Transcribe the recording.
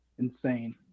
insane